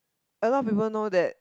a lot of people know that